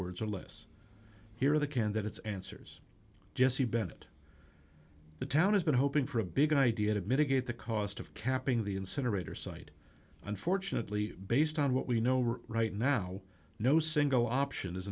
words or less hear the candidates answers jessie bennett the town has been hoping for a big idea to mitigate the cost of capping the incinerator site unfortunately based on what we know right now no single option